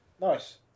Nice